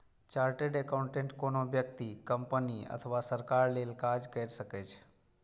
chartered accountant कोनो व्यक्ति, company अथवा सरकार लेल काज कैर सकै छै